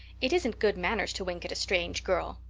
it isn't good manners to wink at a strange girl.